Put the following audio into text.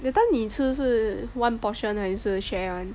that time 你吃是 one portion 还是 share one